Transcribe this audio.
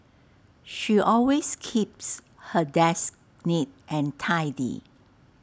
she always keeps her desk neat and tidy